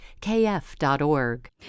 kf.org